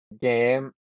game